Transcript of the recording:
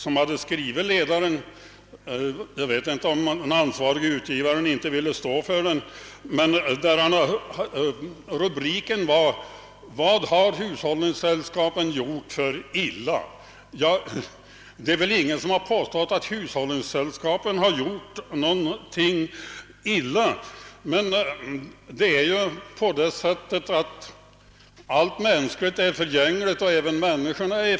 Jag vet inte om den anvarige utgivaren av tidningen ville stå för artikeln, vars rubrik var »Vad har hushållningssällskapen gjort för illa?». Ingen har väl påstått att hushållningssällskapen har gjort något illa, men allt mänskligt är förgängligt liksom även människorna själva.